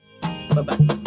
Bye-bye